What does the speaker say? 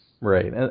Right